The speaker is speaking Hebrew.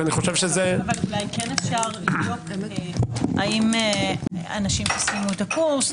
אולי כן אפשר לבדוק האם אנשים שסיימו את הקורס,